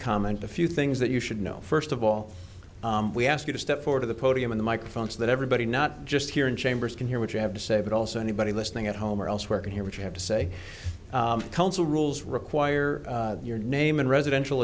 comment a few things that you should know first of all we ask you to step forward of the podium in the microphone so that everybody not just here in chambers can hear what you have to say but also anybody listening at home or elsewhere to hear what you have to say council rules require your name and residential